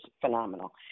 phenomenal